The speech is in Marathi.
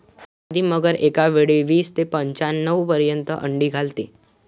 मादी मगर एकावेळी वीस ते पंच्याण्णव पर्यंत अंडी घालते